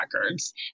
records